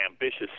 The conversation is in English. ambitious